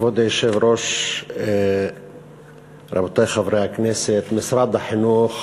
כבוד היושב-ראש, רבותי חברי הכנסת, משרד החינוך